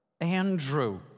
Andrew